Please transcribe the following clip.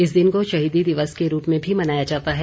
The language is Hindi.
इस दिन को शहीद दिवस के रूप में भी मनाया जाता है